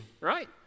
right